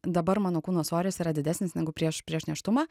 dabar mano kūno svoris yra didesnis negu prieš prieš nėštumą